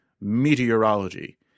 meteorology